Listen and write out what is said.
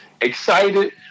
excited